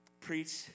preach